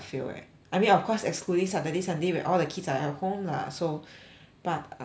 I mean of course excluding saturday sunday when all the kids are at home lah so but um